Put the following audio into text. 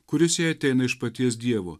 kuris jai ateina iš paties dievo